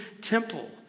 temple